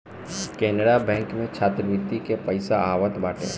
Canara bank में छात्रवृत्ति के पईसा आवत बाटे